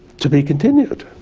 to be continued.